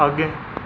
आगे